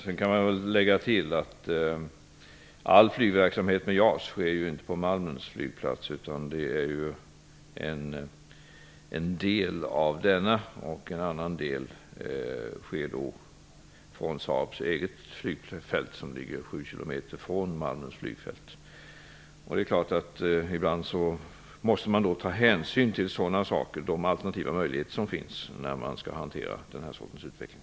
Jag kan tillägga att all flygverksamhet med JAS inte sker vid Malmens flygplats. Där sker en del av verksamheten. En annan del sker vid SAAB:s eget flygfält som ligger 7 kilometer från Malmens flygfält. Det är klart att man ibland måste ta hänsyn till de alternativa möjligheter som finns när man skall hantera den här sortens utveckling.